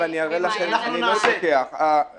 ואני אראה לכם --- הם לא בנויים למזומן.